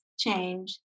Change